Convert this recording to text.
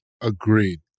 agreed